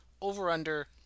over-under